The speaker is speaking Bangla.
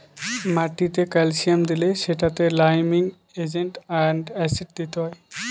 মাটিতে ক্যালসিয়াম দিলে সেটাতে লাইমিং এজেন্ট আর অ্যাসিড দিতে হয়